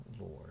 Lord